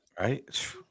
right